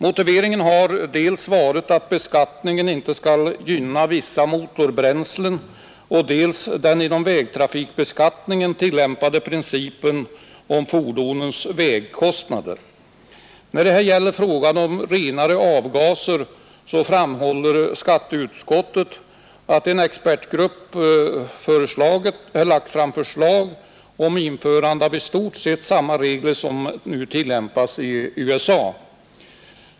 Motiveringen har dels varit att beskattningen inte skall gynna vissa motorbränslen, dels den inom vägtrafikbeskattningen tillämpade principen om fordonens vägkostnader. När det gäller frågan om renare avgaser framhåller skatteutskottet, att en expertgrupp lagt fram förslag om införande av i stort sett samma regler som nu tillämpas i USA.